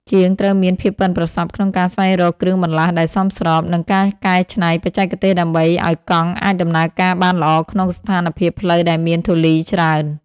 ជាងត្រូវមានភាពប៉ិនប្រសប់ក្នុងការស្វែងរកគ្រឿងបន្លាស់ដែលសមស្រប និងការកែច្នៃបច្ចេកទេសដើម្បីឱ្យកង់អាចដំណើរការបានល្អក្នុងស្ថានភាពផ្លូវដែលមានធូលីច្រើន។